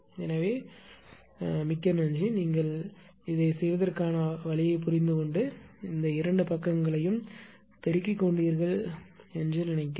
எனவே மிக்க நன்றி நீங்கள் இதைச் செய்வதற்கான வழியைப் புரிந்துகொண்டு இரண்டு பக்கங்களையும் பெருக்கிக் கொண்டீர்கள் என்று நினைக்கிறேன்